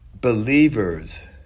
believers